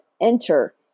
enter